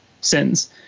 sins